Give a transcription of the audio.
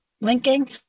linking